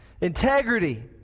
Integrity